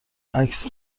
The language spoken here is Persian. عکس